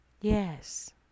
Yes